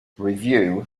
review